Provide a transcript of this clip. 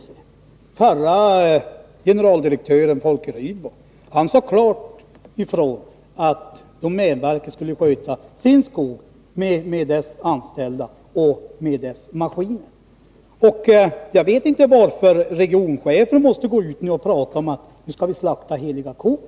Den förre generaldirektören, Folke Rydbo, sade klart ifrån att domänverket skulle sköta sin skog med verkets anställda och med dess maskiner. Jag vet inte varför regionchefen nu måste gå ut och tala om att man skall slakta heliga kor.